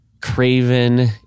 Craven